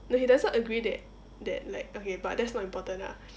no he doesn't agree that that like okay but that's not important ah